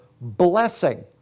blessing